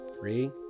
Three